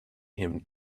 him